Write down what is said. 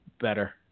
better